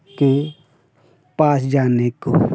के पास जाने को